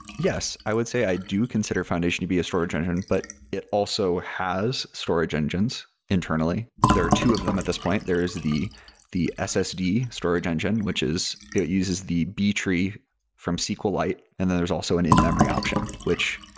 yes. i would say i do consider foundationdb a storage engine, but it also has storage engines internally. there are two of them at this point. there is the the ssd storage engine, which is it uses the b-tree from sqlite, and then there's also an in-memory option, which,